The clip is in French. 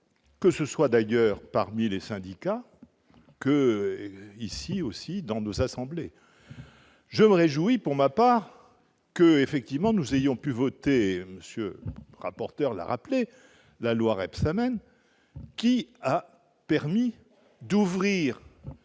que ce soit d'ailleurs parmi les syndicats que ici aussi dans nos assemblées, je me réjouis pour ma part que, effectivement, nous ayons pu voter, monsieur le rapporteur, l'a rappelé la loi Rebsamen qui a permis d'ouvrir